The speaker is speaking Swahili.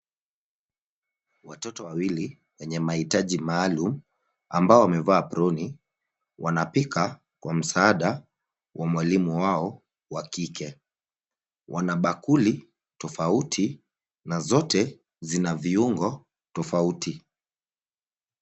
Watoto wawili wenye mahitaji maalum ambao wamevaa aproni wanapika kwa msaada wa mwalimu wao wa kike. Wana bakuli tofauti na zote zina viungo tofauti.